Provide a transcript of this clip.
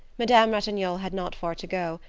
madame ratignolle had not far to go,